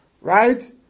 right